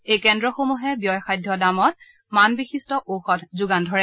এই কেন্দ্ৰসমূহে ব্যয়সাধ্য দামত মানবিশিষ্ট ঔষধ যোগান ধৰে